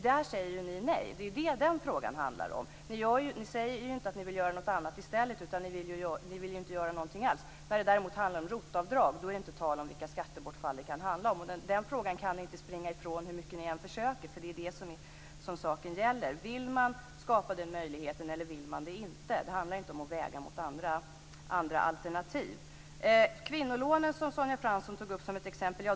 Där säger ni nej. Det är det den frågan handlar om. Ni säger inte att ni vill göra något annat i stället. Ni vill inte göra någonting alls. Men när det handlar om ROT-avdrag är det inte diskussion om vilket skattebortfall det skulle handla om. Den frågan kan ni inte springa ifrån hur mycket ni än försöker. Vill man skapa möjligheten eller inte? Det handlar inte om att väga mot andra alternativ. Sonja Fransson tog upp kvinnolånen som ett exempel.